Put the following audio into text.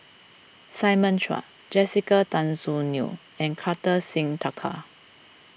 Simon Chua Jessica Tan Soon Neo and Kartar Singh Thakral